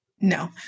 no